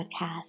Podcast